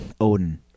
Odin